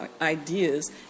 ideas